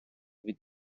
від